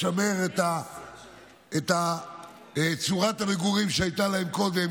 לשמר את צורת המגורים שהייתה להם קודם,